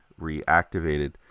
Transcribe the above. reactivated